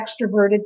extroverted